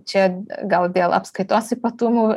čia gal dėl apskaitos ypatumų